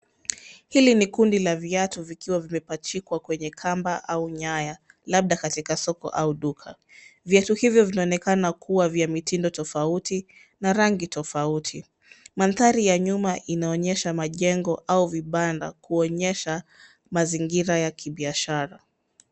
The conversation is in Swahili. Hili ni kundi la viatu vikiwa vimepachikwa kwenye kamba au nyaya labda katika soko au duka. Viatu hivyo vinaonekana kuwa vya mitindo tofauti na rangi tofauti. Mandhari ya nyuma inaonyesha majengo au vibanda kuonyesha mazingira ya kibiashara.